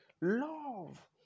Love